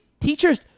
teachers